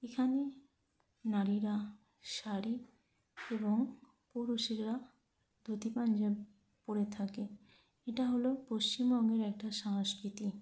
এখানে নারীরা শাড়ি এবং পুরুষেরা ধুতি পাঞ্জাবি পরে থাকে এটা হল পশ্চিমবঙ্গের একটা সংস্কৃতি